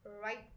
right